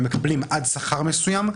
והם מקבלים עד שכר מסוים,